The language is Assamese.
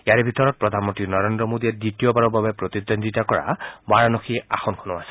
ইয়াৰে ভিতৰত প্ৰধানমন্ত্ৰী নৰেন্দ্ৰ মোদীয়ে দ্বিতীয়বাৰৰ বাবে প্ৰতিদ্বন্দ্বিতা কৰা বাৰানসী আসনখনো আছে